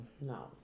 No